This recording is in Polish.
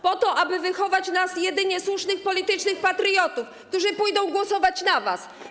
Po to, aby wychować nas na jedynie słusznych politycznych patriotów, którzy pójdą głosować na was.